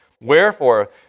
Wherefore